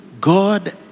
God